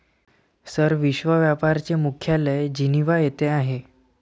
sir, विश्व व्यापार चे मुख्यालय जिनिव्हा येथे आहे